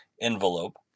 envelope